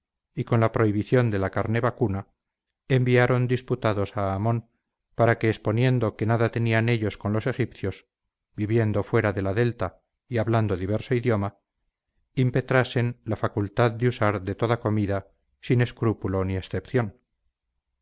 y con la prohibición de la carne vacuna enviaron diputados a amon para que exponiendo que nada tenían ellos con los egipcios viviendo fuera de la delta y hablando diverso idioma impetrasen la facultad de usar de toda comida sin escrúpulo ni excepción